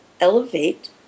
elevate